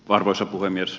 arvoisa puhemies